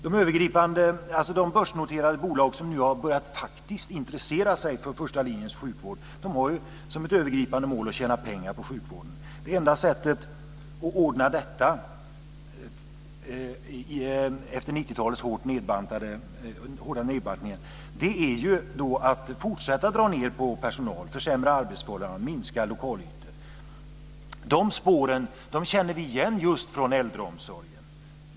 De börsnoterade bolag som nu har börjat intressera sig för första linjens sjukvård har som ett övergripande mål att tjäna pengar på sjukvården. Det enda sättet att ordna detta efter 90-talets hårda nedbantningar är ju att fortsätta att dra ned på personal, försämra arbetsförhållanden och minska lokalytor. De spåren känner vi igen just från äldreomsorgen.